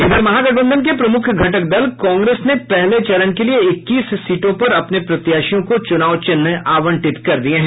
इधर महागठबंधन के प्रमुख घटक दल कांग्रेस ने पहले चरण के लिए इक्कीस सीटों पर अपने प्रत्याशियों को चुनाव चिन्ह आवंटित कर दिये हैं